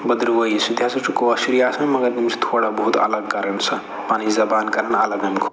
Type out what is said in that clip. بدٕروٲہی سُہ تہِ ہَسا چھُ کٲشرُے آسان مگر أمِس تھوڑا بہت الگ کَرٕنۍ سۄ پَنٕنۍ زبان کران الگ اَمہِ کھۄ